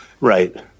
Right